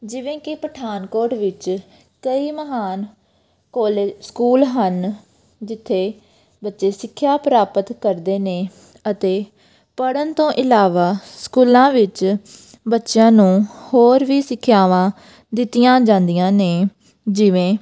ਜਿਵੇਂ ਕਿ ਪਠਾਨਕੋਟ ਵਿੱਚ ਕਈ ਮਹਾਨ ਕੋਲਜ ਸਕੂਲ ਹਨ ਜਿੱਥੇ ਬੱਚੇ ਸਿੱਖਿਆ ਪ੍ਰਾਪਤ ਕਰਦੇ ਨੇ ਅਤੇ ਪੜ੍ਹਨ ਤੋਂ ਇਲਾਵਾ ਸਕੂਲਾਂ ਵਿੱਚ ਬੱਚਿਆਂ ਨੂੰ ਹੋਰ ਵੀ ਸਿੱਖਿਆਵਾਂ ਦਿੱਤੀਆਂ ਜਾਂਦੀਆਂ ਨੇ ਜਿਵੇਂ